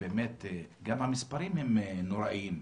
גם המספרים הם נוראיים,